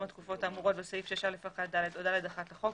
התקופות האמורות בסעיף 6א1(ד) או (ד1) לחוק,